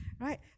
Right